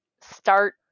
start